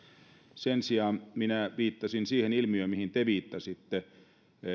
sen sijaan minä viittasin siihen ilmiöön mihin te viittasitte